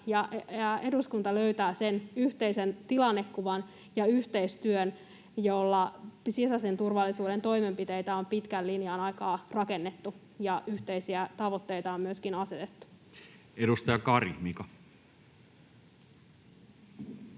eduskunta nyt löytävät sen yhteisen tilannekuvan ja yhteistyön, jolla sisäisen turvallisuuden toimenpiteitä on pitkän aikaa rakennettu ja yhteisiä tavoitteita on myöskin asetettu. [Speech 35]